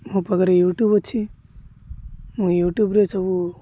ମୋ ପାଖରେ YouTube ଅଛି ମୁଁ ୟୁଟ୍ୟୁବ୍ରେ ସବୁ